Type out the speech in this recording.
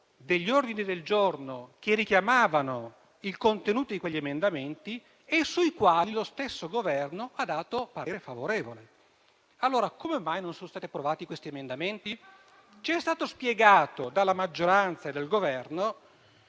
alcuni ordini del giorno che richiamavano il contenuto di quegli emendamenti e sui quali lo stesso Governo ha dato parere favorevole. Allora, come mai non sono stati approvati questi emendamenti? Ci è stato spiegato dalla maggioranza e dal Governo